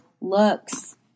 looks